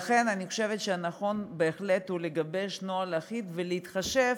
לכן אני חושבת שנכון בהחלט לגבש נוהל אחיד ולהתחשב